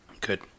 Good